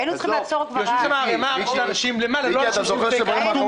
היינו צריכים לעצור כבר אז את כל ההעברות,